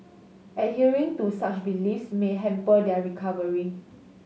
adhering to such beliefs may hamper their recovery